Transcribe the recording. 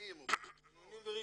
מינונים וריכוזים.